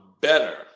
better